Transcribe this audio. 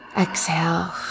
Exhale